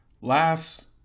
last